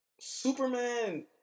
Superman